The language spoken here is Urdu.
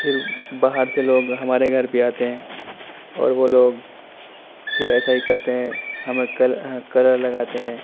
پھر باہر سے لوگ ہمارے گھر بھی آتے ہیں اور وہ لوگ پھر ایسا ہی کرتے ہیں ہمیں کل کلر لگاتے ہیں